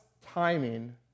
timing